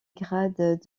grade